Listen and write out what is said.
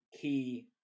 key